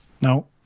No